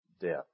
death